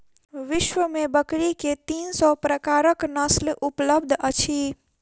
विश्व में बकरी के तीन सौ प्रकारक नस्ल उपलब्ध अछि